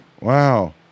Wow